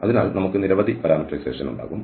അതിനാൽ നമുക്ക് നിരവധി പാരാമീറ്ററൈസേഷൻ ഉണ്ടാകും